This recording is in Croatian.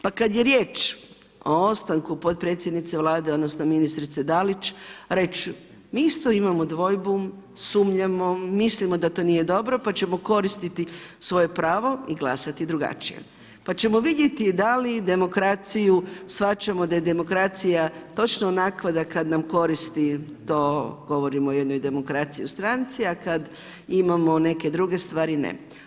Pa kada je riječ o ostanku potpredsjednice Vlade odnosno ministrice Dalić reć mi isto imamo dvojbu, sumnjamo, mislimo da to nije dobro pa ćemo koristiti svoje pravo i glasati drugačije, pa ćemo vidjeti da li demokraciju shvaćamo da je demokracija točno onakva da kada nam koristi to govorimo o jednoj demokraciji u stranci, a kada imamo neke druge stvari ne.